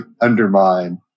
undermine